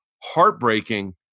heartbreaking